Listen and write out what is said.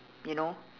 you know